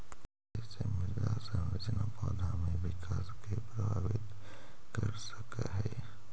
कईसे मृदा संरचना पौधा में विकास के प्रभावित कर सक हई?